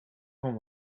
kan